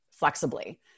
flexibly